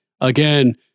again